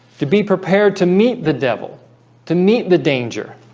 to be prepared to meet the devil to meet the danger